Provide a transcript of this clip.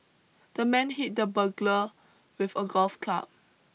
the man hit the burglar with a golf club